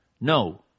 no